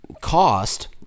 cost